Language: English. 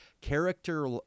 character